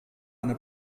eine